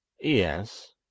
Yes